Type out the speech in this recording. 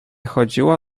chodziło